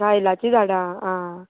सायलाचीं झाडां आं